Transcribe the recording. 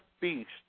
beast